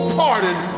pardon